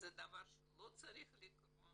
זה דבר שלא צריך לקרות